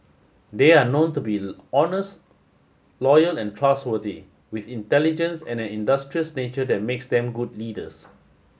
they are known to be honest loyal and trustworthy with intelligence and an industrious nature that makes them good leaders